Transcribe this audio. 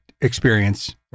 experience